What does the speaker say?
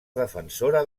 defensora